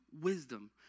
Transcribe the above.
wisdom